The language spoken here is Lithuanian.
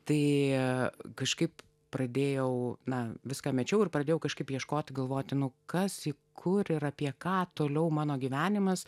tai kažkaip pradėjau na viską mečiau ir pradėjau kažkaip ieškoti galvoti nu kas kur ir apie ką toliau mano gyvenimas